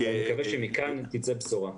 אני מקווה שמכאן תצא בשורה.